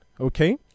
okay